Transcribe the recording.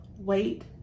wait